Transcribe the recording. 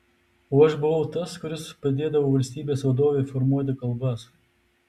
o aš buvau tas kuris padėdavo valstybės vadovei formuoti kalbas